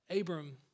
Abram